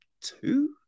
two